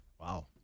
Wow